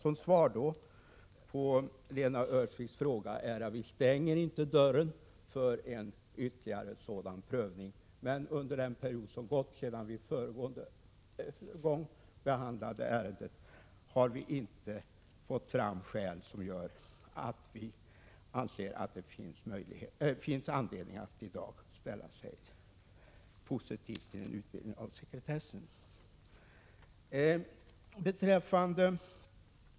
Mitt svar på Lena Öhrsviks fråga är alltså: Vi stänger inte dörren för en ytterligare sådan prövning, men vi har inte funnit att det under den period som gått sedan vi föregående gång behandlade ärendet framkommit någonting som gör att det finns anledning att i dag ställa sig positiv till en utvidgning av sekretessen.